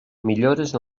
millores